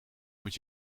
moet